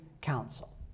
council